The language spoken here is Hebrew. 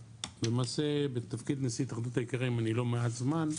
ולמעשה בתפקיד נשיא התאחדות האיכרים אני לא מעט זמן.